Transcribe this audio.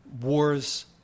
wars